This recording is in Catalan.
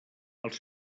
els